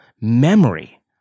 memory